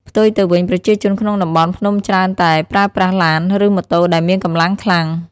ផ្ទុយទៅវិញ ប្រជាជនក្នុងតំបន់ភ្នំច្រើនតែប្រើប្រាស់ឡាន ឬម៉ូតូដែលមានកម្លាំងខ្លាំង។